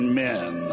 men